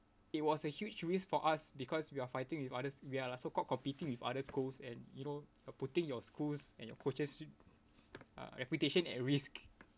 it was a huge risk for us because we are fighting with others we are like so called competing with other schools and you know uh putting your schools and your coaches re~ uh reputation at risk